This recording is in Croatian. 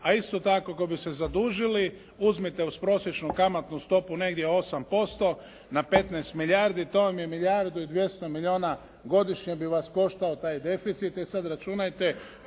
a isto tako ako bi se zadužili, uzmite uz prosječnu kamatnu stopu negdje 8% na 15 milijardi, to vam je milijardu i 200 milijuna godišnje bi vas koštao taj deficit,